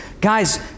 guys